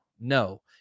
No